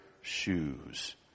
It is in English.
shoes